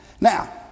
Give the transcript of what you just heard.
Now